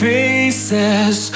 faces